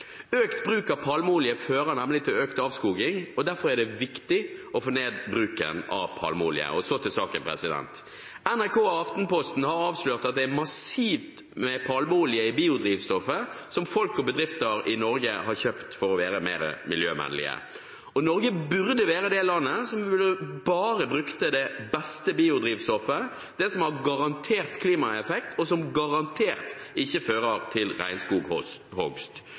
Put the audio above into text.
Økt bruk av palmeolje fører nemlig til økt avskoging, og derfor er det viktig å få ned bruken av palmeolje. Så til saken: NRK og Aftenposten har avslørt at det er massivt med palmeolje i biodrivstoffet som folk og bedrifter i Norge har kjøpt for å være mer miljøvennlige. Norge burde være det landet som bare brukte det beste biodrivstoffet, det som har garantert klimaeffekt, og som garantert ikke fører til